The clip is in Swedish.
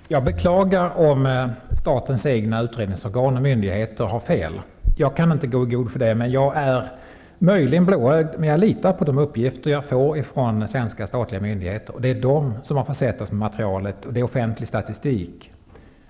Herr talman! Jag beklagar om statens egna utredningsorgan och myndigheter har fel. Jag kan inte gå i god för hur det är med den saken. Möjligen är jag blåögd, men jag litar på de uppgifter jag får från svenska statliga myndigheter. Det är de som har försett oss med materialet. Offentlig statistik